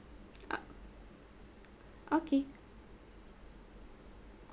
ah okay